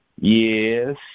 Yes